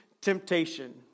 temptation